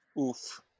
oof